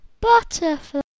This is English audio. Butterfly